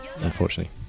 unfortunately